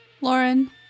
Lauren